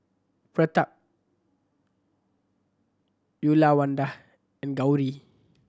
Pratap Uyyalawada and Gauri